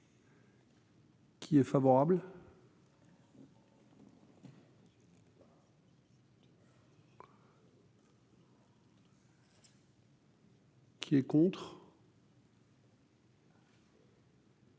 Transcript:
Qui est favorable. Qui est contre.